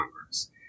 Congress